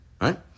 right